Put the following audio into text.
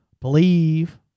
believe